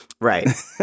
right